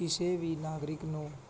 ਕਿਸੇ ਵੀ ਨਾਗਰਿਕ ਨੂੰ